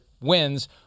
wins